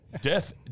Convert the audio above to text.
Death